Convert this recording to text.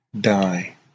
die